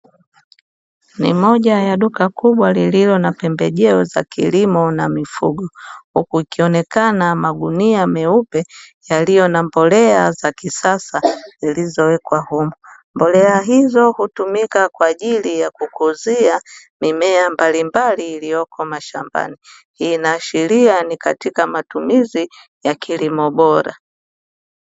Ni moja ya duka kubwa lililo na pembejeo za kilimo na mifugo, huku ikionekana magunia meupe yaliyo na mbolea za kisasa zilizowekwa humo. Mbolea hizo hutumika kwa ajili ya kukuzia mimea mbalimbali iliyoko mashambani; hii inaashiria ni katika matumizi ya kilimo bora.